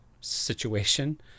situation